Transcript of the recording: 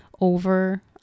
over